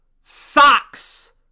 socks